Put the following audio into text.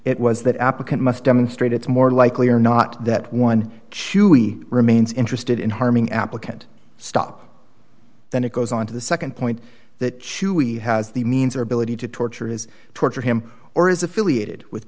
it was that applicant must demonstrate it's more likely or not that one chewy remains interested in harming applicant stop then it goes on to the nd point that chewy has the means or ability to torture is torture him or is affiliated with